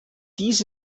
dies